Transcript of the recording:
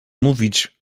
mówić